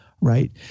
right